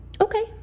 Okay